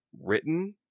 written